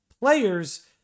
players